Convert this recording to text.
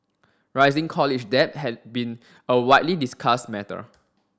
rising college debt has been a widely discussed matter